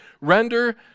Render